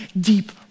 deep